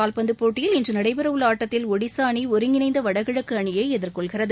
கால்பந்து போட்டியில் இன்று நடைபெறவுள்ள ஆட்டத்தில் ஒடிசா அணி ஒருங்கிணைந்த வடகிழக்கு அணியை எதிர்கொள்கிறது